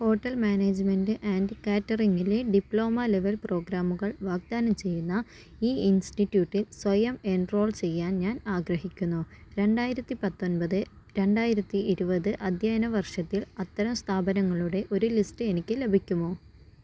hotel management and catering ലെ diploma level പ്രോഗ്രാമുകൾ വാഗ്ദാനം ചെയ്യുന്ന ഈ ഇൻസ്റ്റിറ്റ്യൂട്ടിൽ സ്വയം എൻറോൾ ചെയ്യാൻ ഞാൻ ആഗ്രഹിക്കുന്നു രണ്ടായിരത്തിപത്തൊൻപത് രണ്ടായിരത്തിഇരുപത് അധ്യയന വർഷത്തിൽ അത്തരം സ്ഥാപനങ്ങളുടെ ഒരു ലിസ്റ്റ് എനിക്ക് ലഭിക്കുമോ